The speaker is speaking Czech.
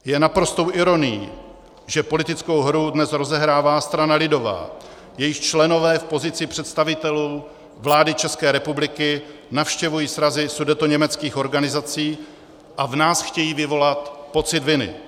Je naprostou ironií, že politickou hru dnes rozehrává strana lidová, jejíž členové v pozici představitelů vlády České republiky navštěvují srazy sudetoněmeckých organizací a v nás chtějí vyvolat pocit viny.